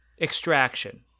extraction